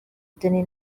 danny